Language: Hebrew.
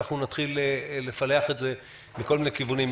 נתחיל לפלח את זה מכל מיני כיוונים.